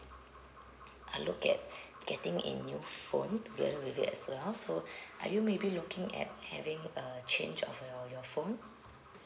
uh look at getting in your phone together with it as well so are you maybe looking at having a change of uh your phone